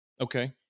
Okay